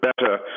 better